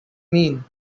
mean